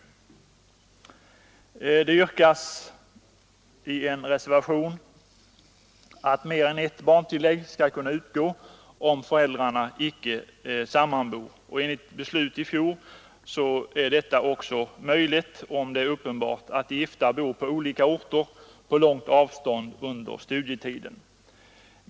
I en reservation föreslås att mer än ett barntillägg skall kunna utgå om föräldrarna icke sammanbor. Enligt beslut i fjol är detta också möjligt, om det är uppenbart att gifta under studietiden bor på olika orter på långt avstånd från varandra.